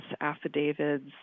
affidavits